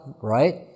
right